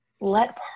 let